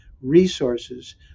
resources